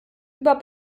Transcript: über